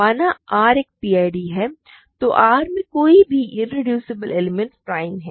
माना R एक PID है तो R में कोई भी इरेड्यूसिबल एलिमेंट प्राइम है